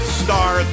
star